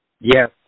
Yes